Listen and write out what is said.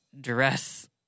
dress